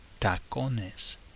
tacones